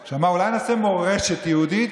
שאמר: אולי נעשה מורשת יהודית?